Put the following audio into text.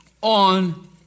on